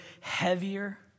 heavier